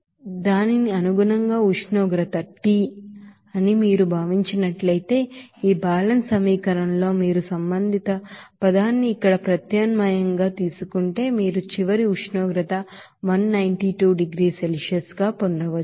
కాబట్టి దానికి అనుగుణంగా ఉష్ణోగ్రత T అని మీరు భావించినట్లయితే ఈ బ్యాలెన్స్ సమీకరణంలో మీరు సంబంధిత పదాన్ని ఇక్కడ ప్రత్యామ్నాయంగా తీసుకుంటే మీరు చివరి ఉష్ణోగ్రత 192 డిగ్రీల సెల్సియస్ పొందవచ్చు